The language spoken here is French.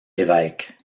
évêque